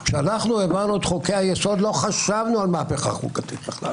כשאנחנו העברנו את חוקי-היסוד לא חשבנו על מהפכה חוקתית בכלל.